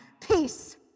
Peace